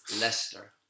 Leicester